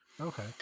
okay